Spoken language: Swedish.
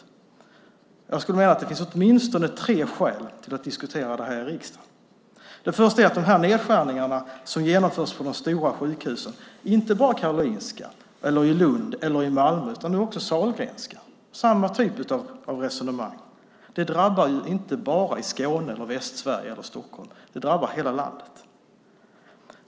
Jag skulle vilja hävda att det finns åtminstone tre skäl att diskutera de här frågorna här i riksdagen. Det första är nedskärningarna som genomförs på de stora sjukhusen. Inte bara på Karolinska, i Lund eller i Malmö utan nu också på Sahlgrenska är det samma typ av resonemang. Det drabbar inte bara Skåne, Västsverige och Stockholm, utan det drabbar hela landet.